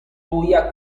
duia